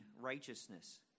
righteousness